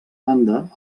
banda